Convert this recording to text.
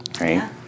Right